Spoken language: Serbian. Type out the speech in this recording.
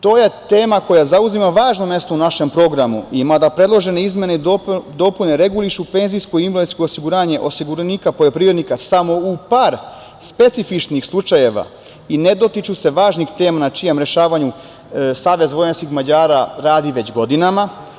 To je tema koja zauzima važno mesto u našem programu i mada predložene izmene i dopune regulišu penzijsko i invalidsko osiguranje osiguranika, poljoprivrednika samo u par specifičnih slučajeva i ne dotiču se važnih tema, na čijem rešavanju SVM radi već godinama.